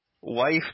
wife